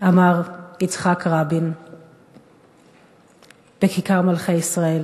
אמר יצחק רבין בכיכר מלכי-ישראל